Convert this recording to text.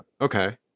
okay